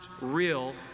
real